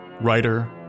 writer